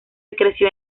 creció